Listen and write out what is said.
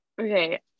okay